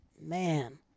Man